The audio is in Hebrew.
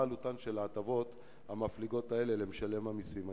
מה עלותן של ההטבות המפליגות האלה למשלם המסים הישראלי?